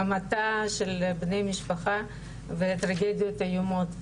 להמתה של בני משפחה וטרגדיות איומות.